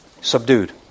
subdued